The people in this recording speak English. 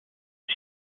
his